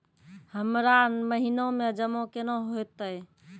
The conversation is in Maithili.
हमरा महिना मे जमा केना हेतै?